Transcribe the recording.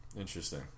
interesting